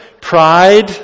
pride